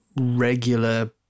regular